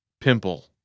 Pimple